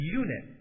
unit